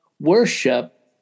worship